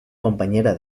compañera